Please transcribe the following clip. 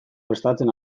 prestatzen